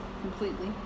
completely